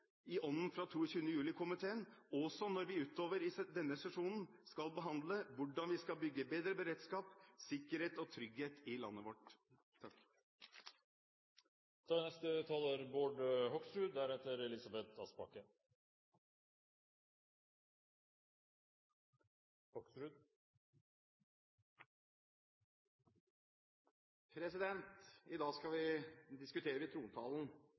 i ånden fra 22. juli-komiteen – også når vi utover i denne sesjonen skal behandle hvordan vi skal bygge bedre beredskap, sikkerhet og trygghet i landet vårt. I dag diskuterer vi trontalen